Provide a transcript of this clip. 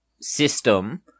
system